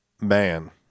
Man